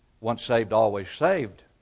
once-saved-always-saved